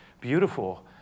beautiful